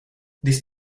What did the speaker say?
this